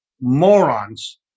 morons